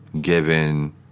given